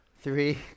three